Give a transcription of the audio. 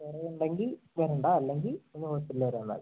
കുറവുണ്ടെങ്കിൽ വരണ്ട അല്ലെങ്കിൽ ഒന്ന് ഹോസ്പിറ്റൽ വരെ വന്നാൽ മതി